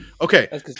Okay